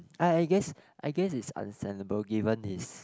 I I guess I guess it's understandable given it's